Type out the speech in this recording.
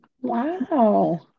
Wow